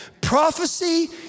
Prophecy